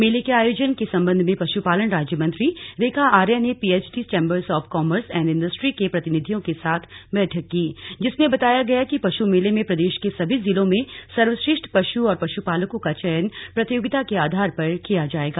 मेले के आयोजन के संबंध में पशुपालन राज्यमंत्री रेखा आर्या ने PHD chambers of commerce and industry के प्रतिनिधियों के साथ बैठक की जिसमें बताया गया कि पशु मेले में प्रदेश के सभी जिलों में सर्वश्रेष्ठ पशु और पशुपालकों का चयन प्रतियोगिता के आधार पर किया जायेगा